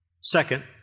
Second